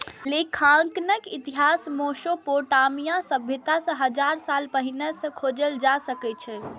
लेखांकनक इतिहास मोसोपोटामिया सभ्यता सं हजार साल पहिने सं खोजल जा सकै छै